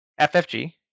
FFG